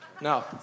No